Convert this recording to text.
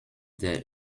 der